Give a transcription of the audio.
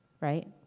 Right